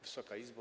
Wysoka Izbo!